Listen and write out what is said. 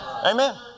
Amen